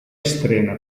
estrena